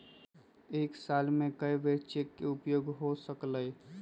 एक साल में कै बेर चेक के उपयोग हो सकल हय